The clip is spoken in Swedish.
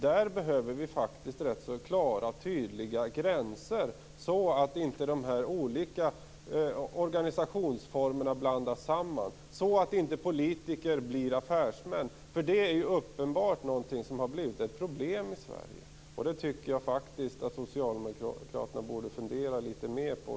Där behövs det rätt så klara och tydliga gränser så att inte de olika organisationsformerna blandas samman och så att inte politiker blir affärsmän. Det är ju uppenbarligen något som har blivit ett problem i Sverige. Det tycker jag att socialdemokraterna borde fundera litet mer på.